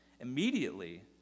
immediately